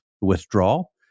withdrawal